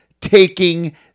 taking